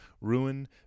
ruin